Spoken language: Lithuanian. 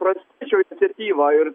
pranckiečio iniciatyvą ir